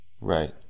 Right